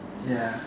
ya